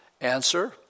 Answer